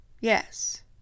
Yes